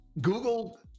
Google